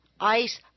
ice